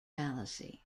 fallacy